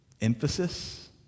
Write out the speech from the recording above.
emphasis